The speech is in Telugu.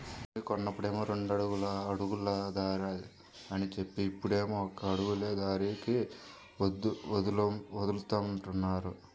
భూమి కొన్నప్పుడేమో రెండడుగుల అడుగుల దారి అని జెప్పి, ఇప్పుడేమో ఒక అడుగులే దారికి వదులుతామంటున్నారు